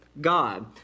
God